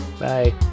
Bye